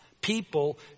people